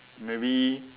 maybe